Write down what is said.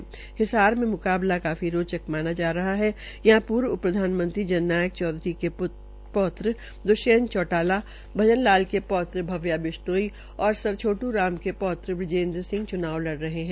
तो हिसार में मुकाबला काफी रोचक माना जा रहा है यहां पूर्व उप प्रधानमंत्री जन नायक चौधरी के पौत्र द्वष्यंत चौटाला भजन लाल के पौत्र भव्या बिश्नोई और सर छोट् राम के पौत्र बिजेन्द्र सिंह च्नाव लड़ रहे है